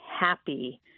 happy